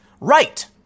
right